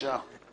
בבקשה.